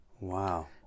Wow